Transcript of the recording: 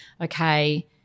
okay –